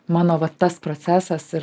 mano va tas procesas ir